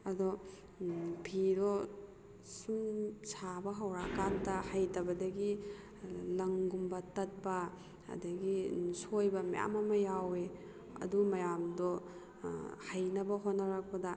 ꯑꯗꯣ ꯐꯤꯗꯣ ꯁꯨꯝ ꯁꯥꯕ ꯍꯧꯔꯛꯑꯀꯥꯟꯗ ꯍꯩꯇꯕꯗꯒꯤ ꯂꯪꯒꯨꯝꯕ ꯇꯠꯄ ꯑꯗꯨꯗꯒꯤ ꯁꯣꯏꯕ ꯃꯌꯥꯝ ꯑꯃ ꯌꯥꯎꯏ ꯑꯗꯨ ꯃꯌꯥꯝꯗꯣ ꯍꯩꯅꯕ ꯍꯣꯠꯅꯔꯛꯄꯗ